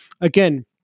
again